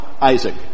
Isaac